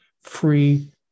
free